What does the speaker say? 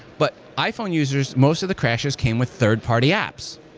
but iphone users, most of the crashes came with third-party apps.